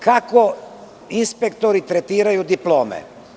Kako inspektori tretiraju diplome?